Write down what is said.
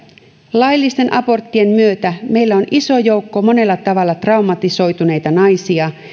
laillisten aborttien myötä meillä on iso joukko monella tavalla traumatisoituneita naisia